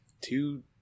two